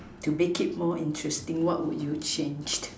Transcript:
to make it more interesting what will you change